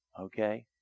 okay